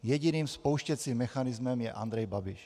Jediným spouštěcím mechanismem je Andrej Babiš.